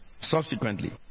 Subsequently